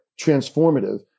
transformative